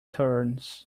turns